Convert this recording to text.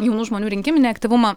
jaunų žmonių rinkiminį aktyvumą